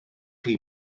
chi